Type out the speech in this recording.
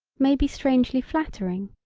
may be strangely flattering.